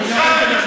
אני לא יכול לדבר.